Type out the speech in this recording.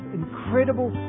incredible